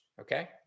okay